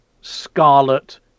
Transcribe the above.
scarlet